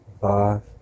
five